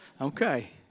Okay